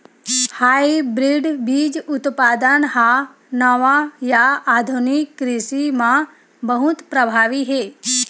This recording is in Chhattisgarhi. हाइब्रिड बीज उत्पादन हा नवा या आधुनिक कृषि मा बहुत प्रभावी हे